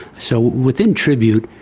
so within tribute,